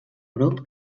grup